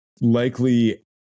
likely